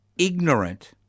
ignorant